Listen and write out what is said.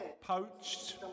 poached